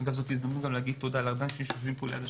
זאת הזדמנות להגיד תודה להרבה אנשים שיושבים סביב